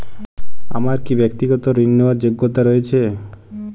আমার কী ব্যাক্তিগত ঋণ নেওয়ার যোগ্যতা রয়েছে?